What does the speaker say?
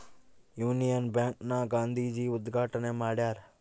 Union Bank ನ ಗಾಂಧೀಜಿ ಉದ್ಗಾಟಣೆ ಮಾಡ್ಯರ